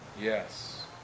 Yes